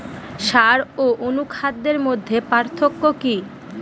সার ও অনুখাদ্যের মধ্যে পার্থক্য কি?